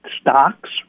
stocks